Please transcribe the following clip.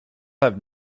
have